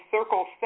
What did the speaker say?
Circle